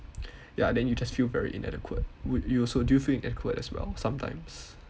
ya then you just feel very inadequate would you also do you feel inadequate as well sometimes